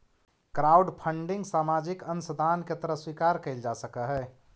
crowdfunding सामाजिक अंशदान के तरह स्वीकार कईल जा सकऽहई